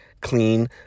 clean